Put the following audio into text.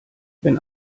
wenn